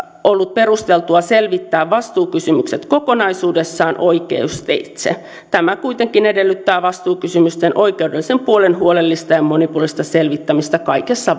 ollut perusteltua selvittää vastuukysymykset kokonaisuudessaan oikeusteitse tämä kuitenkin edellyttää vastuukysymysten oikeudellisen puolen huolellista ja monipuolista selvittämistä kaikissa